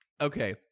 okay